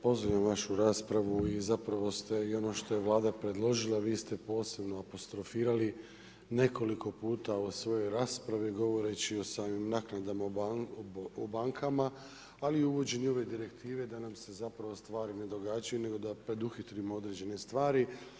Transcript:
Pozdravljam vašu raspravu i zapravo ste i ono što je Vlada predložila vi ste posebno apostrofirali nekoliko puta u svojoj raspravi govoreći o samim naknadama u bankama, ali i uvođenju nove direktive da nam se zapravo stvari ne događaju drugačije nego da preduhitrimo određene stvari.